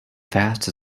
fast